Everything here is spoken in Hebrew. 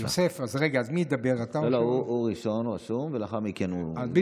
הוא רשום ראשון, ואחר כך אתה תשיב לשניהם.